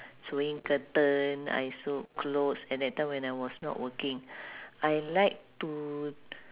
sewing curtain I sew clothes and that time when I was not working I like to